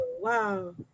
Wow